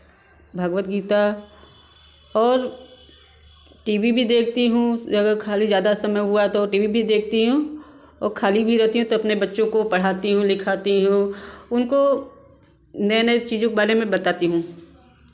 भगवत गीता और T V भी देखती हूँ उस जगह खाली ज़्यादा समय हुआ तो टी वी भी देखती हूँ और खाली भी रहती हूँ तो अपने बच्चों को पढ़ाती हूँ लिखाती हूँ उनको नए नए चीज़ों के बारे में बताती हूँ